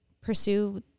pursue